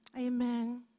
amen